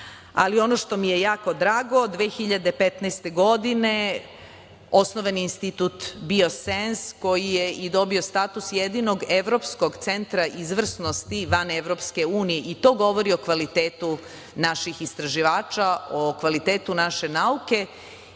Ali, ono što mi je jako drago, 2015. godine osnovan je institut „BioSens“, koji je i dobio status jedinog evropskog centra izvrsnosti van EU, i to govori o kvalitetu naših istraživača, o kvalitetu naše nauke